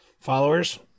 followers